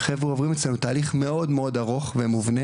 החבר'ה עוברים אצלנו תהליך מאוד מאוד ארוך ומובנה,